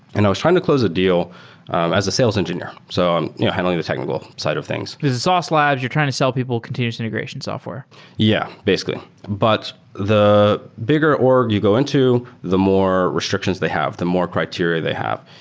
and i was trying to close a deal as a sales engineer. so um you know handling the technical side of things. this is sauce labs. you're trying to sell people continuous integration software yeah, basically. but the bigger org go into, the more restrictions they have, the more criteria they have.